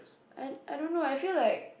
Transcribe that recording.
I I don't know I feel like